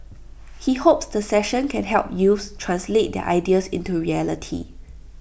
he hopes the session can help youths translate their ideas into reality